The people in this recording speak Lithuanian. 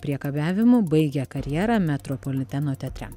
priekabiavimu baigė karjerą metropoliteno teatre